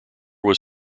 was